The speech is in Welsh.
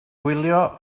gwylio